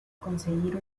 conseguir